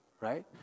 right